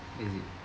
where is it